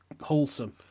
wholesome